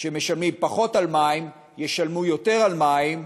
שמשלמים פחות על מים ישלמו יותר על מים.